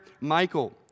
Michael